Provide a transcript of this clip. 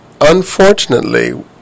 unfortunately